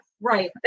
right